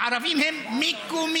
הערבים הם מקומיים.